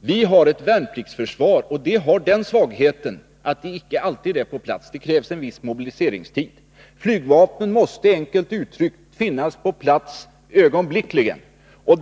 Vi har ett värnpliktsförsvar, och det har den svagheten att alla icke alltid är på plats. Det krävs en viss mobiliseringstid. Flygvapnen måste enkelt uttryckt finnas på plats ögonblickligen.